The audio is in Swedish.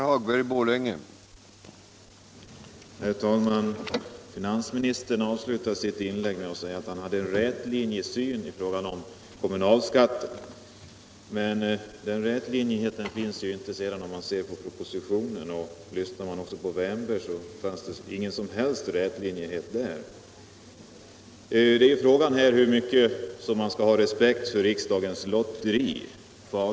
Herr talman! Finansministern avslutade sitt inlägg med att säga att han hade en rätlinjig syn i fråga om kommunalskatten. Men den rätlinjigheten finner man inte om man ser på propositionen, och lyssnade man till herr Wärnberg fann man ingen som helst rätlinjighet där heller. Här är det ju fråga om vilken respekt man skall ha för riksdagens lotteri.